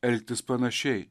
elgtis panašiai